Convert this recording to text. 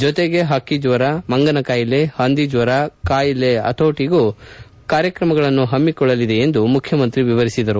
ಜೊತೆಗೆ ಪಕ್ಕಿಜ್ವರ ಮಂಗನ ಕಾಯಿಲೆ ಪಂದಿಜ್ವರ ಕಾಯಿಲೆ ಪತೋಟಿಗೂ ಕಾರ್ಯಕ್ರಮಗಳನ್ನು ಹಾಕಿಕೊಳ್ಳಲಿದೆ ಎಂದು ಮುಖ್ಯಮಂತ್ರಿ ವಿವರಿಸಿದರು